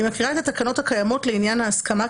אני מקריאה את התקנות הקיימות לעניין ההסכמה,